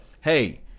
hey